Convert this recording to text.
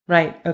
Right